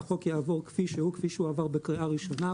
שהחוק יעבור כפי שעבר בקריאה הראשונה.